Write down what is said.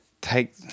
take